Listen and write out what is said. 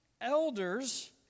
elders